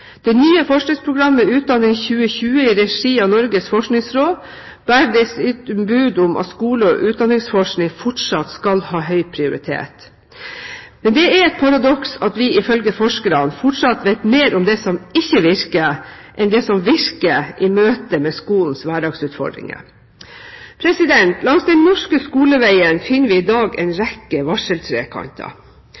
Det nye forskningsprogrammet, Utdanning 2020, i regi av Norges forskningsråd bærer dessuten bud om at skole- og utdanningsforskning fortsatt skal ha høy prioritet. Men det er et paradoks at vi ifølge forskerne fortsatt vet mer om det som ikke virker, enn det som virker, i møte med skolens hverdagsutfordringer. Langs den norske skoleveien finner vi i dag en